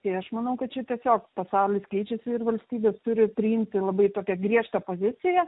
tai aš manau kad čia tiesiog pasaulis keičiasi ir valstybė turi priimti labai tokią griežtą poziciją